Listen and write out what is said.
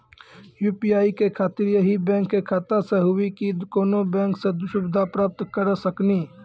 UPI के खातिर यही बैंक के खाता से हुई की कोनो बैंक से सुविधा प्राप्त करऽ सकनी?